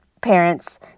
parents